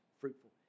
fruitful